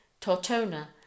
Tortona